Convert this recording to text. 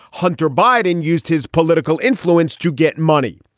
hunter biden used his political influence to get money.